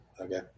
okay